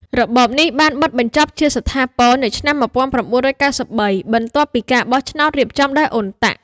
របបនេះបានបិទបញ្ចប់ជាស្ថាពរនៅឆ្នាំ ១៩៩៣ បន្ទាប់ពីការបោះឆ្នោតរៀបចំដោយ អ៊ុនតាក់ UNTAC។